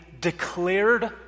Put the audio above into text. declared